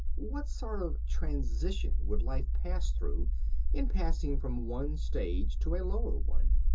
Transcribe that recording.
what sort of transition would life pass through in passing from one stage to a lower one?